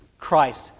Christ